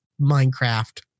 Minecraft